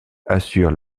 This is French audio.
assure